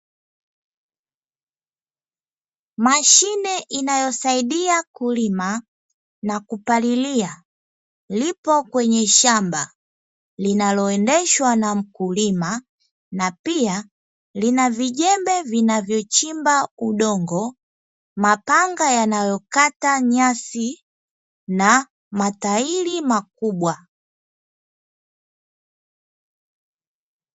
Mashine inayosaidia kulima na kupalilia, lipo kwenye shamba, linaloendeshwa na mkulima na pia lina vijembe vinavyochimba udongo, mapanga yanayokata nyasi na matairi makubwa.